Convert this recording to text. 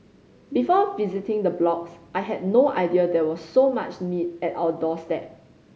before visiting the blocks I had no idea there was so much need at our doorstep